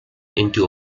into